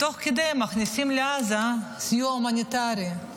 תוך כדי מכניסים לעזה סיוע הומניטרי,